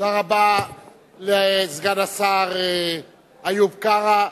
תודה רבה לסגן השר איוב קרא.